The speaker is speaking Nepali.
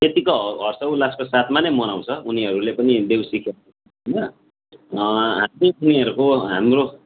त्यत्तिको हर्षोल्लासको साथमा नै मनाउँछ उनीहरूले पनि देउसी खेल्छ होइन हामी प्रियहरूको हाम्रो